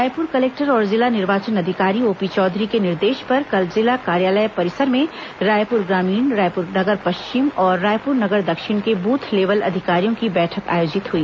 Raipur collector और जिला निर्वाचन अधिकारी ओपी चौधरी के निर्देश पर कल जिला कार्यालय परिसर में रायपुर ग्रामीण रायपुर नगर पश्चिम और रायपुर नगर दक्षिण के बूथ लेवल अधिकारियों की बैठक आयोजित हुई